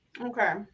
Okay